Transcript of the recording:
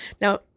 Now